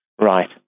Right